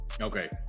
Okay